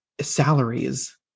salaries